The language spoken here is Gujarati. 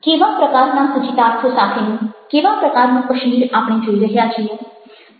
કેવા પ્રકારના સૂચિતાર્થો સાથેનું કેવા પ્રકારનું ક્શ્મીર આપણી જોઈ રહ્યા છીએ